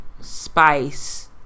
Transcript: spice